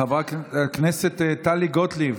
אבל את מפריעה לי, חברת הכנסת טלי גוטליב.